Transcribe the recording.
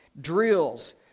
drills